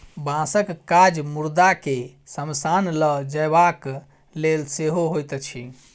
बाँसक काज मुर्दा के शमशान ल जयबाक लेल सेहो होइत अछि